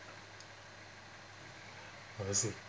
obviously